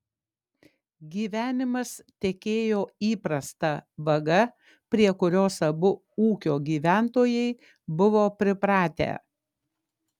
gyvenimas tekėjo įprasta vaga prie kurios abu ūkio gyventojai buvo pripratę